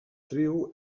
trio